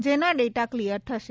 જેના data clear થશે